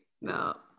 No